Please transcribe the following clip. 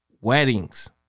Weddings